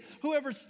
whoever